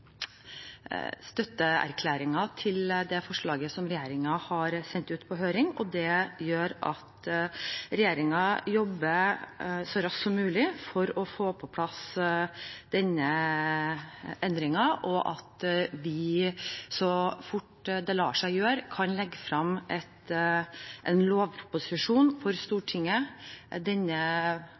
til det forslaget som regjeringen sendte ut på høring. Det gjør at regjeringen jobber så raskt som mulig for å få på plass denne endringen, og at vi så fort det lar seg gjøre, kan legge frem en lovproposisjon for Stortinget denne